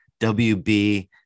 WB